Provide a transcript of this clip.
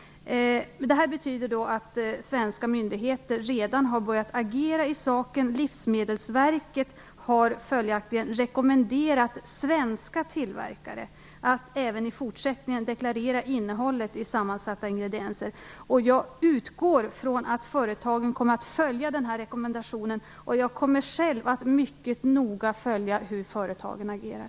Detta betyder att svenska myndigheter redan har börjat agera i saken. Livsmedelsverket har följaktligen rekommenderat svenska tillverkare att även i fortsättningen deklarera innehållet i sammansatta ingredienser. Jag utgår ifrån att företagen kommer att följa den här rekommendationen. Jag kommer själv att mycket noga följa hur företagen agerar.